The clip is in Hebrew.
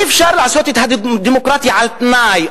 אי-אפשר לעשות את הדמוקרטיה על-תנאי,